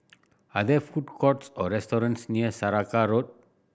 are there food courts or restaurants near Saraca Road